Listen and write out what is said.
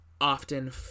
often